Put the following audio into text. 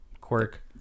quirk